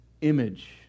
image